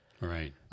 Right